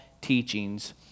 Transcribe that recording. teachings